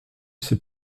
sais